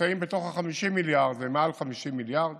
נמצאים בתוך ה-50 מיליארד ומעל 50 מיליארד